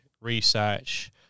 research